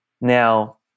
Now